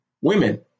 women